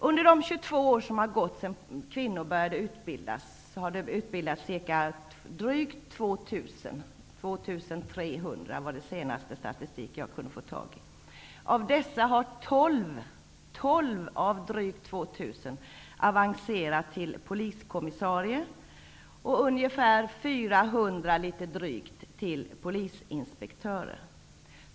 Under de 22 år som har gått sedan man började med utbildning av kvinnliga poliser har drygt 2 300 kvinnor utbildats, enligt den senaste statistik som jag kunnat få tag i. Av dessa drygt 2 000 kvinnor har endast 12 avancerat till poliskommissarier. Drygt 400 har avancerat till polisinspektörer.